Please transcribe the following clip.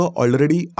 already